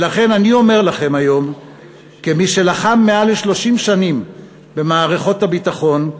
ולכן אני אומר לכם היום כמי שלחם מעל 30 שנה במערכות הביטחון,